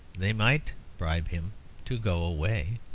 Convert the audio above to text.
they might bribe him to go away.